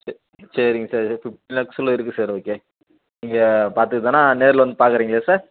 சே சரிங்க sir fifteen லேக்ஸுக்குள்ள இருக்குது சார் உங்களுக்கு நீங்கள் பார்த்து வேணுனா நேரில் வந்து பார்க்கறீங்களா சார்